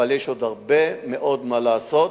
אבל יש עוד הרבה מאוד מה לעשות,